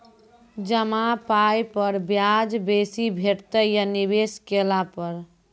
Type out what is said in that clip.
जमा पाय पर ब्याज बेसी भेटतै या निवेश केला पर?